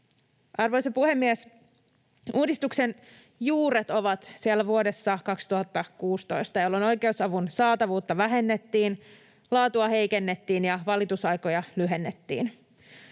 Arvoisa puhemies! Uudistuksen juuret ovat siellä vuodessa 2016, jolloin oikeusavun saatavuutta vähennettiin, laatua heikennettiin ja valitusaikoja lyhennettiin.